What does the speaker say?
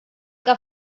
que